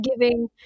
giving